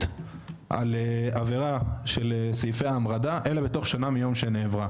על עבירה של סעיפי ההמרדה אלא בתוך שנה מיום שנעברה,